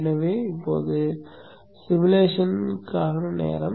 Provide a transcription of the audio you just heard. எனவே இப்போது உருவகப்படுத்துவதற்கான நேரம்